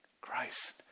Christ